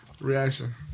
Reaction